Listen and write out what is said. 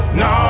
no